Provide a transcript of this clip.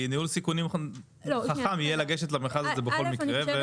כי ניהול סיכונים חכם יהיה לגשת למכרז הזה בכל מקרה.